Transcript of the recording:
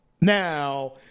Now